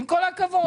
עם כל הכבוד,